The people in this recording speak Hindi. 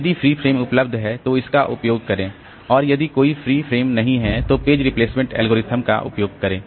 यदि फ्री फ्रेम उपलब्ध है तो इसका उपयोग करें और यदि कोई फ्री फ्रेम नहीं है तो पेज रिप्लेसमेंट एल्गोरिथम का उपयोग करें